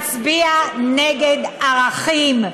מצביע נגד ערכים.